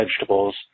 vegetables